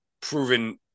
proven